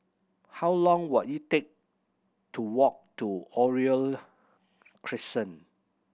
how long will it take to walk to Oriole Crescent